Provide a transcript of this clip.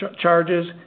charges